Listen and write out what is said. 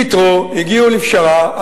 ויתרו, הגיעו לפשרה.